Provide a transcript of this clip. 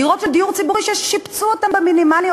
דירות של דיור ציבורי ששיפצו אותן באופן מינימלי,